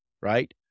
Right